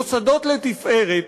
מוסדות לתפארת,